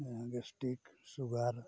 ᱡᱟᱦᱟᱸ